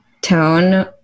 tone